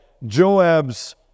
Joab's